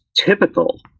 typical